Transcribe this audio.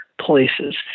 places